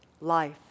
life